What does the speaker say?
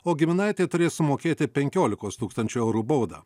o giminaitė turės sumokėti penkiolikos tūkstančių eurų baudą